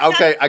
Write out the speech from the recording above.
Okay